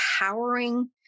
empowering